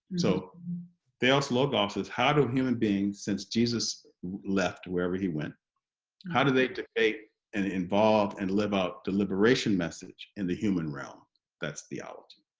so theos ah logos says how do human beings since jesus left wherever he went how do they debate and involve and live out the liberation message in the human realm that's theology.